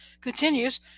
continues